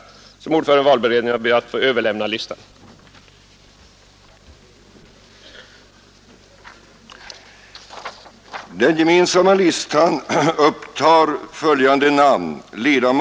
Såsom ordförande i valberedningen ber jag att få överlämna denna lista.